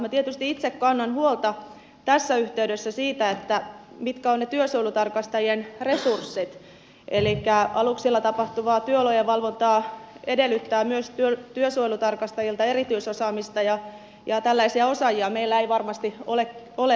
minä tietysti itse kannan huolta tässä yhteydessä siitä mitkä ovat ne työsuojelutarkastajien resurssit elikkä aluksella tapahtuva työolojen valvonta edellyttää myös työsuojelutarkastajilta erityisosaamista ja tällaisia osaajia meillä ei varmasti ole liiaksi